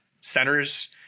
centers